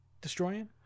destroying